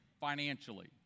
financially